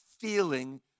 feeling